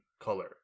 color